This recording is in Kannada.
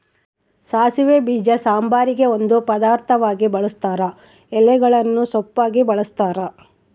ಸಾಸಿವೆ ಬೀಜ ಸಾಂಬಾರಿಗೆ ಒಂದು ಪದಾರ್ಥವಾಗಿ ಬಳುಸ್ತಾರ ಎಲೆಗಳನ್ನು ಸೊಪ್ಪಾಗಿ ಬಳಸ್ತಾರ